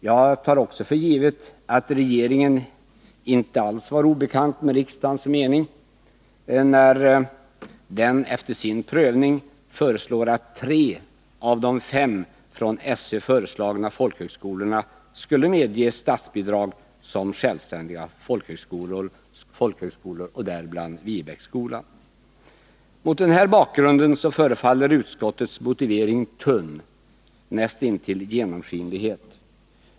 Jag tar också för givet att regeringen inte alls har varit obekant med riksdagens mening, när den efter sin prövning föreslår att tre av de fem av SÖ föreslagna folkhögskolorna skulle medges statsbidrag som självständiga folkhögskolor, och däribland Viebäcksskolan. Mot den bakgrunden förefaller utskottets motivering tunn, nästintill genomskinlighet.